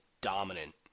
dominant